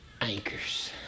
anchors